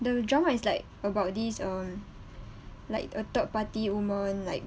the drama is like about this uh like a third party woman like